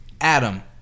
Adam